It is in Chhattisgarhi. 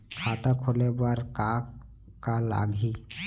खाता खोले बार का का लागही?